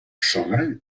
sogre